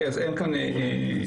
ועל כן,